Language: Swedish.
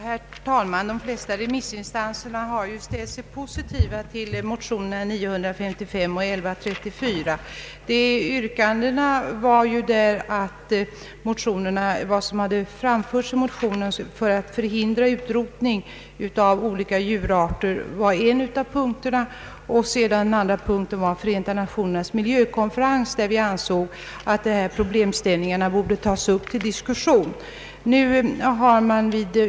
Herr talman! De flesta remissinstanserna har ju ställt sig positiva till motionerna I: 955 och II: 1134. I motionerna föreslogs åtgärder för att förhindra utrotning av vissa djurarter, varjämte vi önskade att de i motionerna diskuterade frågeställningarna skulle upptagas till överläggningar vid Förenta nationernas miljövårdskonferens.